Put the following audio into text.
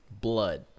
Blood